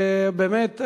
באמת,